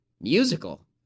Musical